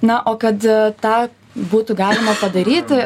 na o kad tą būtų galima padaryti